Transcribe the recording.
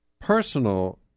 personal